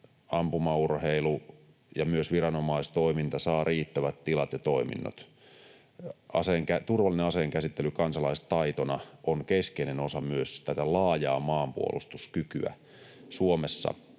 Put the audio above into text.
ampumaurheilu ja myös viranomaistoiminta saa riittävät tilat ja toiminnot. Turvallinen aseenkäsittely kansalaistaitona on keskeinen osa myös tätä laajaa maanpuolustuskykyä Suomessa,